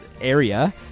area